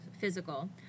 physical